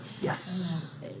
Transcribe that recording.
Yes